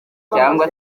cyangwa